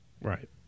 Right